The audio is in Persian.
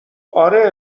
آره